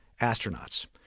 astronauts